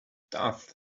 tough